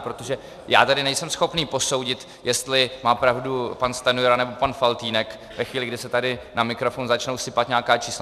Protože já tady nejsem schopný posoudit, jestli má pravdu pan Stanjura, nebo pan Faltýnek, ve chvíli, kdy se tady na mikrofon začnou sypat nějaká čísla.